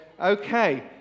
Okay